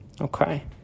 Okay